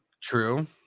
True